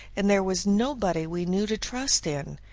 and there was nobody we knew to trust in,